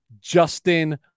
Justin